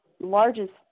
largest